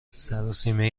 سراسیمه